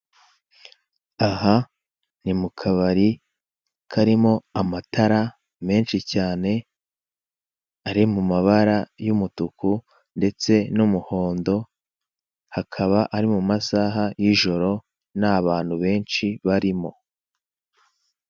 Aha ni mu kabari karimo amatara menshi cyane ari mu mabara y'umutuku ndetse n'umuhondo, akaba ari mu masaha y'ijoro ntabantu benshi barimo.